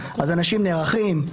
אז אנשים נערכים,